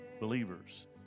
believers